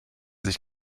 sich